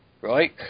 Right